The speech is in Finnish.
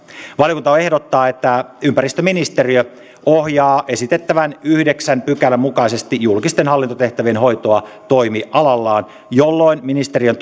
valiokunta ehdottaa että ympäristöministeriö ohjaa esitettävän yhdeksännen pykälän mukaisesti julkisten hallintotehtävien hoitoa toimialallaan jolloin ministeriön